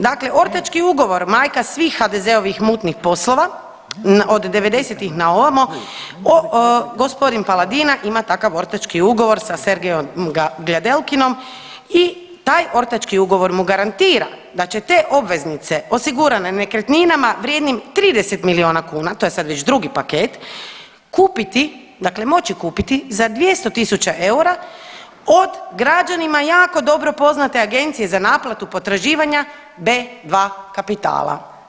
Dakle, ortački ugovor majka svih HDZ-ovih mutnih poslova od devedesetih na ovamo g. Paladina ima takav ortački ugovor sa Sergejom Gljadelkinom i taj ortački ugovor mu garantira da će te obveznice osigurane nekretninama vrijednim 30 milijuna kuna, to je sad već drugi paket, kupiti, dakle moći kupiti za 200.000 eura od građanima jako poznate Agencije za naplatu potraživanja B2 Kapitala.